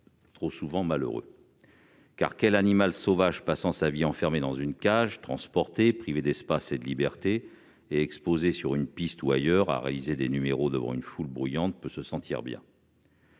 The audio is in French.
trop souvent malheureux. Quel animal sauvage passant sa vie enfermé dans une cage, transporté, privé d'espace et de liberté et exposé sur une piste ou ailleurs, à réaliser des numéros devant une foule bruyante, peut en effet se sentir bien ?